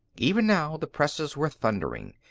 even now the presses were thundering,